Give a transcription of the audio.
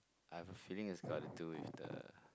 I've a feeling it's got to do with the